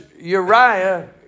Uriah